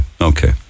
okay